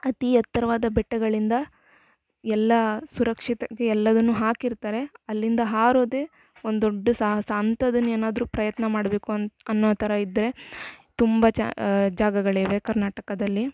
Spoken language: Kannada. ಅತಿ ಎತ್ತರವಾದ ಬೆಟ್ಟಗಳಿಂದ ಎಲ್ಲಾ ಸುರಕ್ಷಿತ ಎಲ್ಲದನ್ನು ಹಾಕಿರ್ತರೆ ಅಲ್ಲಿಂದ ಹಾರೋದೆ ಒಂದು ದೊಡ್ದು ಸಾಹಸ ಅಂತದನ್ನು ಏನಾದರೂ ಪ್ರಯತ್ನ ಮಾಡ್ಬೇಕು ಅನ್ನೋ ಥರ ಇದ್ದರೆ ತುಂಬ ಚ ಜಾಗಗಳಿವೆ ಕರ್ನಾಟಕದಲ್ಲಿ